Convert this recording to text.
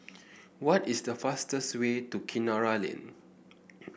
what is the fastest way to Kinara Lane